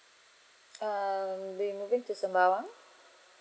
err we'll be moving to sembawang